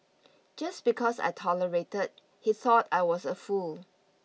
just because I tolerated he thought I was a fool